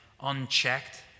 unchecked